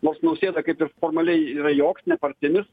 nors nausėdą kaip ir formaliai yra joks nepartinis